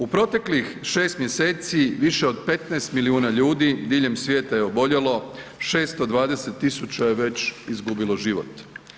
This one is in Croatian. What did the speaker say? U proteklih 6 mjeseci više od 15 milijuna ljudi diljem svijeta je oboljelo, 620 tisuća je već izgubilo život.